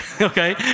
Okay